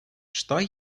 что